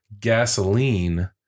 gasoline